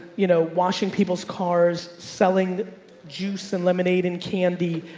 you know washing people's cars, selling juice and lemonade and candy.